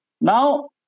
Now